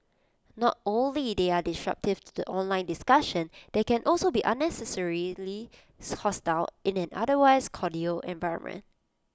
not only they are disruptive to the online discussion they can also be unnecessarily hostile in an otherwise cordial environment